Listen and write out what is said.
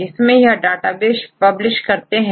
जिसमें यह database publish करते हैं